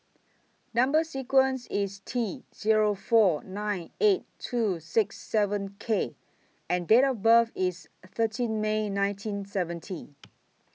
Number sequence IS T Zero four nine eight two six seven K and Date of birth IS thirteen May nineteen seventy